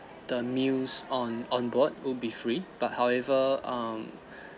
the meals on on board would be free but however um